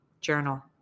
Journal